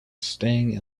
staying